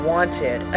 Wanted